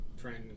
trying